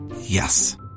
Yes